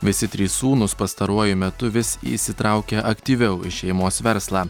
visi trys sūnūs pastaruoju metu vis įsitraukia aktyviau į šeimos verslą